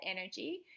energy